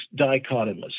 dichotomous